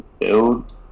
build